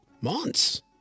months